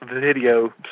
video